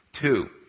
Two